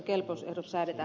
arvoisa puhemies